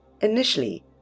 Initially